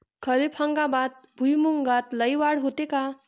खरीप हंगामात भुईमूगात लई वाढ होते का?